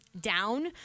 down